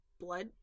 blood